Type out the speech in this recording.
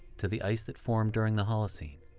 to the ice that formed during the holocene.